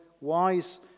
wise